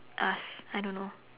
ask I don't know